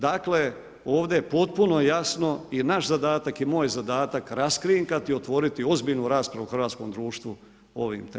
Dakle ovdje potpuno jasno i naš zadatak i moj zadatak, raskrinkati, otvoriti ozbiljnu raspravu u Hrvatskom društvu o ovim temama.